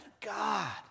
God